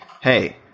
hey